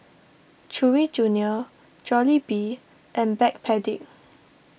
Chewy Junior Jollibee and Backpedic